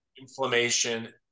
inflammation